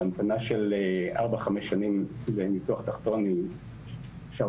המתנה של ארבע-חמש שנים לניתוח תחתון היא שערורייתית.